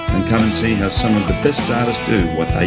and come and see how some of the best artists do what